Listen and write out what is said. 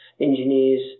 engineers